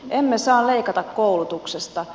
emme saa leikata koulutuksesta